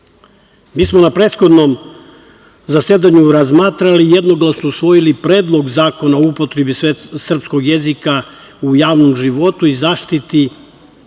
za. Mi smo na prethodnom zasedanju razmatrali i jednoglasno usvojili Predlog zakona o upotrebi srpskog jezika u javnom životu, zaštiti